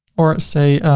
or say,